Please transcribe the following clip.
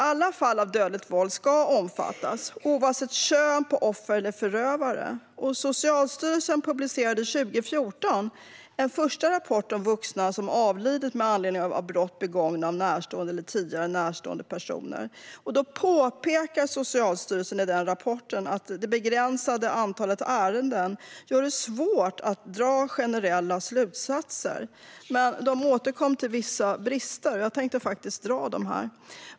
Alla fall av dödligt våld ska omfattas, oavsett kön på offer eller förövare. Socialstyrelsen publicerade 2014 en första rapport om vuxna som avlidit med anledning av brott begångna av en närstående eller tidigare närstående person. Socialstyrelsen påpekar i rapporten att det begränsade antalet ärenden gör det svårt att dra generella slutsatser, men man återkom till vissa brister.